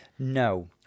No